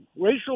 racial